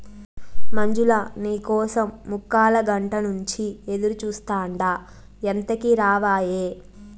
మంజులా, నీ కోసం ముక్కాలగంట నుంచి ఎదురుచూస్తాండా ఎంతకీ రావాయే